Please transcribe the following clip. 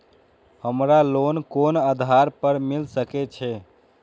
हमरा लोन कोन आधार पर मिल सके छे?